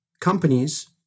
companies